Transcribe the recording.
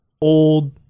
old